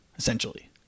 essentially